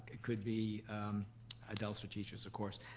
it could be adults, or teachers, of course,